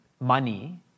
money